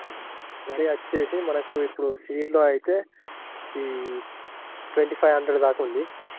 వరి వచ్చి మనకు ఇప్పుడ సీడ్లో అయితే ఈ ట్వంటీ ఫైవ్ హండ్రెడ్ దాకా ఉంది